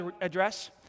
address